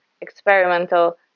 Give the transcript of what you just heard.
experimental